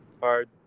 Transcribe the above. hard